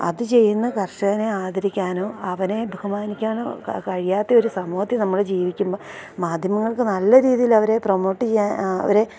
അത് ചെയ്യുന്ന കർഷകനെ ആദരിക്കാനോ അവനെ ബഹുമാനിക്കാനോ കഴിയാത്തൊരു സമൂഹത്തില് നമ്മള് ജീവിക്കുമ്പോള് മാധ്യമങ്ങൾക്ക് നല്ല രീതിയില് അവരെ പ്രൊമോട്ട് ചെയ്യാൻ അവരെ